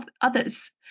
others